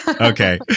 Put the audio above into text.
Okay